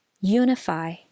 unify